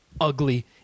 ugly